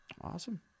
Awesome